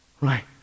Right